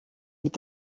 mit